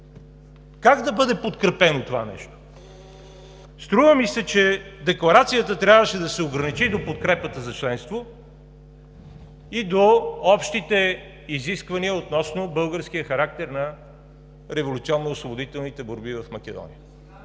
сигнал, че времето е изтекло.) Струва ми се, че Декларацията трябваше да се ограничи до подкрепата за членство и до общите изисквания относно българския характер на революционно-освободителните борби в Македония.